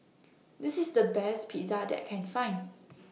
This IS The Best Pizza that I Can Find